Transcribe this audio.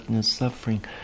suffering